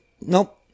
nope